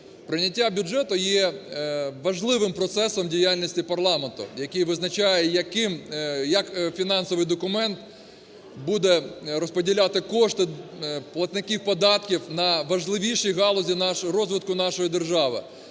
Прийняття бюджету є важливим процесом діяльності парламенту, який визначає, яким… як фінансовий документ буде розподіляти кошти платників податків на важливіші галузі розвитку нашої держави.